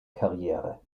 karriere